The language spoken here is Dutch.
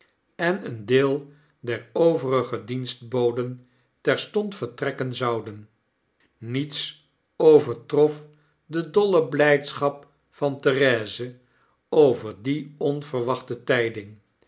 en een deel der overige dienstboden terstond vertrekken zouden niets overtrof de dolle blydschap van therese over die onverwachte tyding